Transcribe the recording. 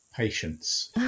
Patience